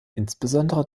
insbesondere